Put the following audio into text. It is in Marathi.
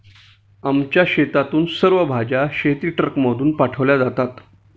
आमच्या शेतातून सर्व भाज्या शेतीट्रकमधून पाठवल्या जातात